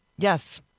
Yes